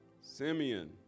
Simeon